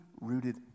rooted